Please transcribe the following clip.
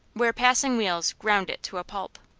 where passing wheels ground it to pulp.